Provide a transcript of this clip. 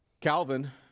Calvin